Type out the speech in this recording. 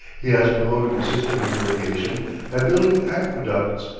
he has promoted the system of irrigation by building aqueducts,